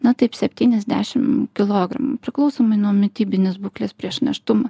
na taip septynis dešim kilogramų priklausomai nuo mitybinės būklės prieš nėštumą